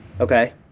Okay